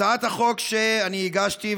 הצעת החוק שאני הגשתי,